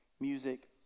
music